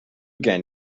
gen